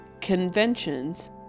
conventions